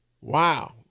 wow